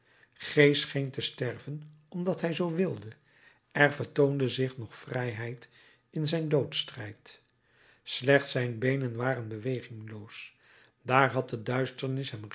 g scheen te sterven omdat hij het zoo wilde er vertoonde zich nog vrijheid in zijn doodsstrijd slechts zijn beenen waren bewegingloos daar had de duisternis